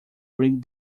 bring